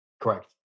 Correct